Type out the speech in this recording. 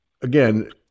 again